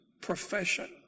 profession